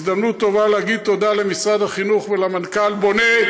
הזדמנות טובה להגיד תודה למשרד החינוך ולמנכ"ל שבונה,